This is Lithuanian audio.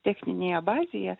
techninėje bazėje